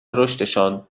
رشدشان